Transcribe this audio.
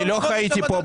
מאיפה זה בא?